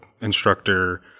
instructor